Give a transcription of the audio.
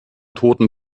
toten